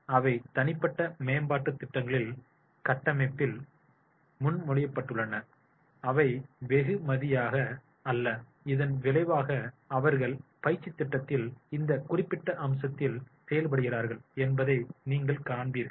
எனவே அவை தனிப்பட்ட மேம்பாட்டுத் திட்டங்களின் கட்டமைப்பில் முன்மொழியப்பட்டுள்ளன அவை வெகுமதியாக அல்ல இதன் விளைவாக அவர்கள் பயிற்சித் திட்டத்தின் இந்த குறிப்பிட்ட அம்சத்தில் செயல்படுகிறார்களா என்பதை நீங்கள் காண்பீர்கள்